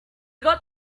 got